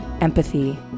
empathy